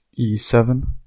e7